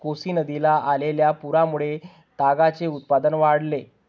कोसी नदीला आलेल्या पुरामुळे तागाचे उत्पादन वाढले